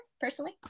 personally